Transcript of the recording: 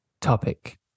topic